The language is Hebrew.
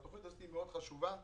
התוכנית הזאת חשובה מאוד.